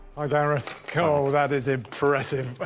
ah gareth cor that is impressive.